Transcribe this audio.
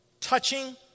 Touching